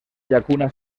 llacuna